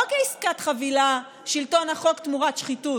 לא כעסקת חבילה, "שלטון החוק תמורת שחיתות"